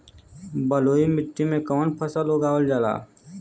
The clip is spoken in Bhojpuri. बलुई मिट्टी में कवन फसल उगावल जाला?